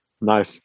Nice